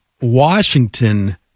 Washington